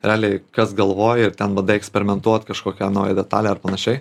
realiai kas galvoj ir ten bandai eksperimentuot kažkokią naują detalę ar panašiai